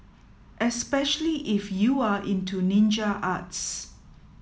especially if you are into ninja arts